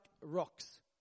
rocks